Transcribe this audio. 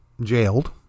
jailed